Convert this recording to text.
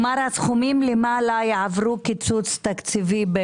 הסכומים למעלה יעברו קיצוץ תקציבי?